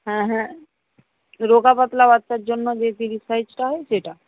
হ্যাঁ হ্যাঁ রোগা পাতলা বাচ্চার জন্য যে তিরিশ সাইজটা হয় সেটা